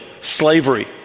slavery